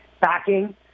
backing